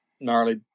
gnarly